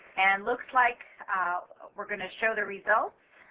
and looks like weire going to show the results.